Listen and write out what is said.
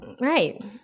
Right